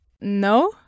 No